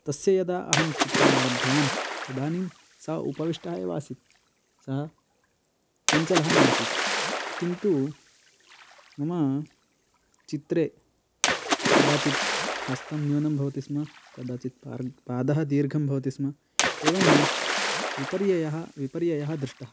तस्य यदा अहं चित्रमारब्धवान् तदानिं स उपविष्टः एव आसीत् सः चञ्चलः नासीत् किन्तु मम चित्रे कदाचित् हस्तं न्यूनं भवति स्म कदाचित् पारं पादः दीर्घं भवति स्म एवं विपर्ययः विपर्ययः दृष्टः